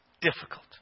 difficult